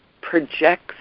projects